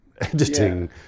editing